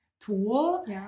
tool